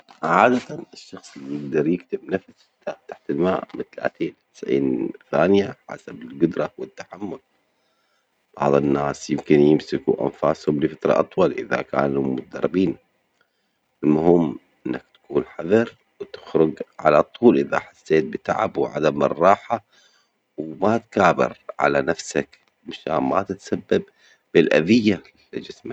عادة الشخص بيجدر يكتم نفسه تحت الماء مثل تسعين ثانية حسب الجدرة والتحمل، بعض الناس يمكن يمسكوا أنفاسهم لفترة أطول إذا كانو متدربين، المهم إنك تكون حذر وتخرج علطول إذا حسيت بتعب وعدم الراحة وما تكابر على نفسك مشان ما تتسبب بالأذية لجسمك.